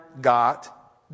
got